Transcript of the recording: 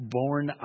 born